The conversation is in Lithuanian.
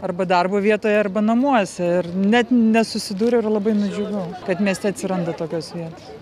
arba darbo vietoje arba namuose ir net nesusidūriau ir labai nudžiugau kad mieste atsiranda tokios vietos